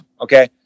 okay